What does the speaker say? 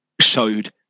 showed